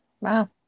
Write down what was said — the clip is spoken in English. Wow